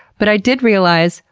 but i did realize,